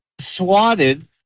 Swatted